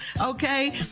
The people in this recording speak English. okay